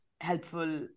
helpful